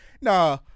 Nah